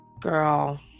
girl